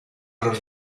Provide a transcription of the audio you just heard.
los